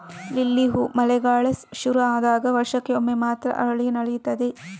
lily ಹೂ ಮಳೆಗಾಲ ಶುರು ಆದಾಗ ವರ್ಷಕ್ಕೆ ಒಮ್ಮೆ ಮಾತ್ರ ಅರಳಿ ನಲೀತದೆ